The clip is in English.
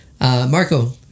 Marco